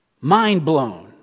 mind-blown